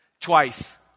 twice